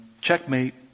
checkmate